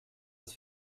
das